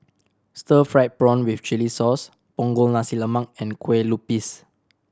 stir fried prawn with chili sauce Punggol Nasi Lemak and Kueh Lupis